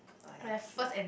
oh ya true